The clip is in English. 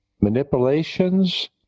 manipulations